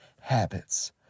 habits